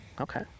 okay